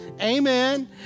Amen